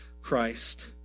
Christ